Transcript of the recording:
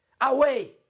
away